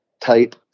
type